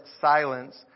silence